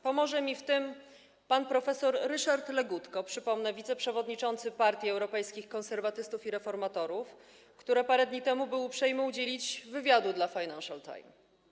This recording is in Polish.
Pomoże mi w tym pan prof. Ryszard Legutko, przypomnę, wiceprzewodniczący partii Europejskich Konserwatystów i Reformatorów, który parę dni temu był uprzejmy udzielić wywiadu dla „Financial Times”